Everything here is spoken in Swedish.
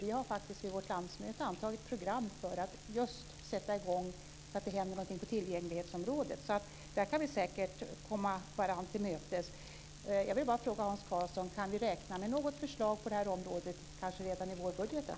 Vi har faktiskt vid vårt landsmöte antagit ett program för att just sätta i gång och få någonting att hända på tillgänglighetsområdet. Där kan vi säkert komma varandra till mötes. Jag vill bara fråga Hans Karlsson: Kan vi räkna med något förslag på det här området kanske redan i vårbudgeten?